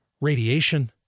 radiation